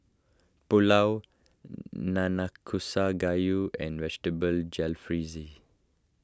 Pulao Nanakusa Gayu and Vegetable Jalfrezi